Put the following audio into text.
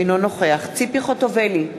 אינו נוכח ציפי חוטובלי,